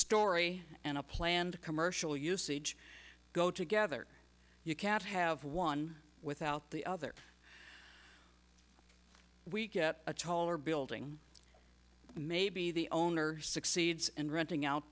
story and a planned commercial usage go together you can't have one without the other we get a taller building maybe the owner succeeds and renting out